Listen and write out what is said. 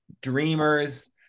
dreamers